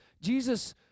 Jesus